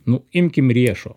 nu imkim riešo